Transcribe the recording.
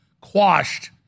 quashed